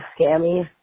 scammy